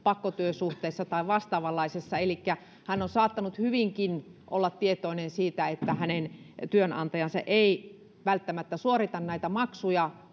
pakkotyössä tai vastaavanlaisessa työsuhteessa elikkä hän on saattanut hyvinkin olla tietoinen siitä että hänen työnantajansa ei välttämättä suorita näitä maksuja